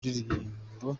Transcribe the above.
ndirimbo